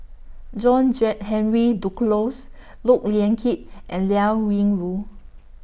John Henry Duclos Look Yan Kit and Liao Yingru